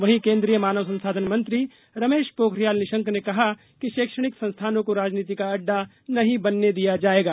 वहीं केन्द्रीय मानव संसाधन मंत्री रमेश पोखरियाल ने कहा कि शैक्षणिक संस्थानों का राजनीति का अड्डा नहीं बनने दिया जायेगा